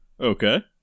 Okay